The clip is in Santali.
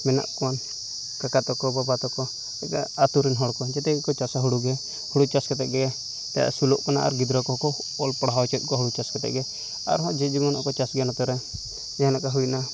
ᱢᱮᱱᱟᱜ ᱠᱚᱣᱟ ᱠᱟᱠᱟ ᱛᱟᱠᱚ ᱵᱟᱵᱟ ᱛᱟᱠᱚ ᱟᱛᱳᱨᱮᱱ ᱦᱚᱲᱠᱚ ᱡᱮᱛᱮᱜᱮᱠᱚ ᱪᱟᱥᱟ ᱦᱩᱲᱩᱜᱮ ᱦᱩᱲᱩ ᱪᱟᱥ ᱠᱟᱛᱮᱫᱜᱮ ᱮᱱᱛᱮᱫ ᱟᱹᱥᱩᱞᱚᱜ ᱠᱟᱱᱟ ᱜᱤᱫᱽᱨᱟᱹ ᱠᱚᱦᱚᱸᱠᱚ ᱚᱞᱼᱯᱟᱲᱦᱟᱣ ᱚᱪᱚᱭᱮᱫ ᱠᱚᱣᱟ ᱦᱩᱲᱩ ᱪᱟᱥ ᱠᱟᱛᱮᱫᱜᱮ ᱟᱨᱦᱚᱸ ᱡᱮ ᱡᱮᱢᱚᱱ ᱟᱨᱚ ᱪᱟᱥᱜᱮᱭᱟ ᱱᱚᱛᱮᱨᱮ ᱡᱟᱦᱟᱱᱟᱜ ᱦᱩᱭᱮᱱᱟ